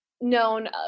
known